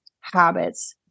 habits